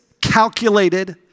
calculated